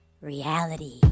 Reality